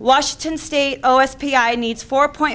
washington state oh s p i needs four point